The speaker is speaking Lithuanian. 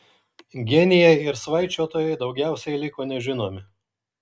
genijai ir svaičiotojai daugiausiai liko nežinomi